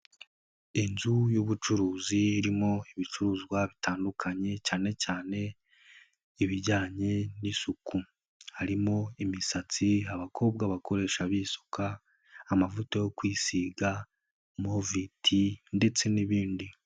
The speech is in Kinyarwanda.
Inzu y'ubucuruzi irimo ibicuruzwa bitandukanye cyane cyane ibijyanye n'isuku, harimo imisatsi abakobwa bakoresha bisuka, amavuta yo kwisiga moviti ndetse n'ibindi.